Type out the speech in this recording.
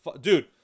Dude